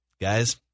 guys